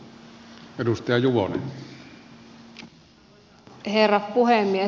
arvoisa herra puhemies